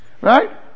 Right